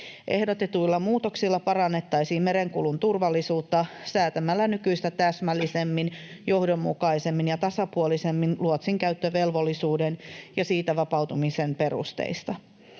Ehdotetuilla muutoksilla parannettaisiin merenkulun turvallisuutta säätämällä nykyistä täsmällisemmin, johdonmukaisemmin ja tasapuolisemmin luotsinkäyttövelvollisuuden ja siitä vapautumisen perusteista.